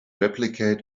replicate